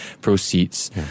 proceeds